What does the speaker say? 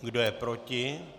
Kdo je proti?